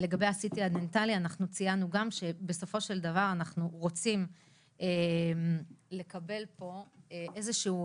ציינו שבסופו של דבר אנחנו רוצים לקבל אישור.